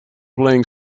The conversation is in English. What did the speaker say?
playing